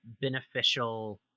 beneficial